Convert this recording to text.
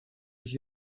ich